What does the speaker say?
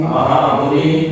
Mahamuni